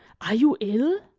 are you ill?